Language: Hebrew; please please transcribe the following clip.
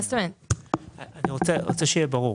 אני רוצה שיהיה ברור,